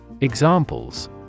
Examples